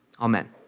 Amen